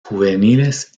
juveniles